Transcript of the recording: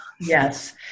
Yes